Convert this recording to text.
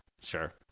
Sure